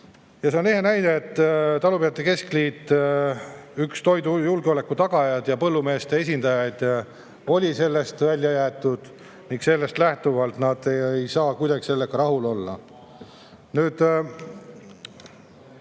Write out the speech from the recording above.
See on ehe näide, et talupidajate keskliit, üks toidujulgeoleku tagajaid ja põllumeeste esindajaid, oli sellest välja jäetud. Sellest lähtuvalt nad ei saa kuidagi sellega rahul olla.